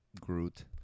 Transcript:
Groot